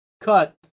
cut